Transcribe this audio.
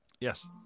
Yes